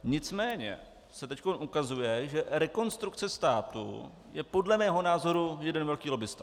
Nicméně se teď ukazuje, že Rekonstrukce státu je podle mého názoru jeden velký lobbista.